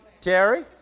Terry